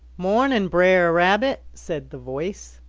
morning, bre'r rabbit, said the voice.